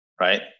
right